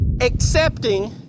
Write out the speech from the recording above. accepting